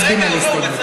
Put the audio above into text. מצביעים על ההסתייגות.